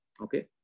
Okay